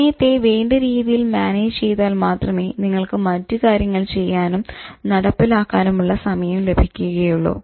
സമയത്തെ വേണ്ട രീതിയിൽ മാനേജ് ചെയ്താൽ മാത്രമേ നിങ്ങൾക്ക് മറ്റു കാര്യങ്ങൾ ചെയ്യാനും നടപ്പിലാക്കാനുമുള്ള സമയം ലഭിക്കുകയുള്ളു